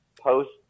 post